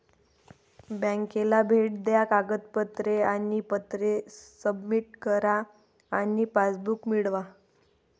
बँकेला भेट द्या कागदपत्रे आणि पत्रे सबमिट करा आणि पासबुक मिळवा